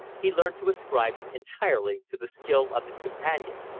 he learned to ascribe it entirely to the skill of his companion.